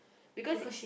because